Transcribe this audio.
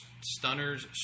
Stunners